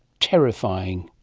terrifying.